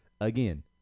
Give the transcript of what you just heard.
again